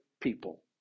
people